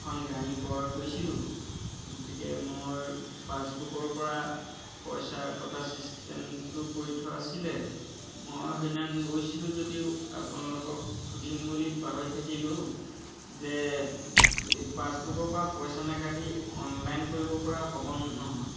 এখন গাড়ী ক্ৰয় কৰিছিলোঁ গতিকে মই পাছবুকৰ পৰা পইচা কটা ছিষ্টেমটো কৰি থোৱা আছিলে মই সেইদিনাখন গৈছিলোঁ যদিও আপোনালোকক সুধিম বুলি পাহৰি থাকিলোঁ যে পাছবুকৰ পৰা পইচা নাকাটি অনলাইন কৰিব পৰা হ'ব নহয়